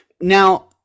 Now